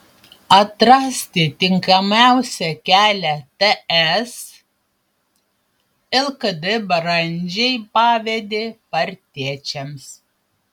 atrasti tinkamiausią kelią ts lkd brandžiai pavedė partiečiams